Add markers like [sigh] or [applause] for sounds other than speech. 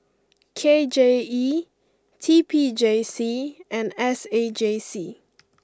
K J E T P J C and S A J C [noise]